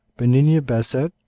benigne basset,